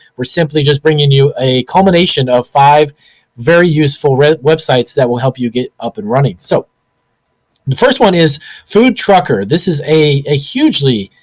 we're simply just bringing you a culmination of five very useful websites that will help you get up and running. so the first one is foodtruckr. this is a a hugely,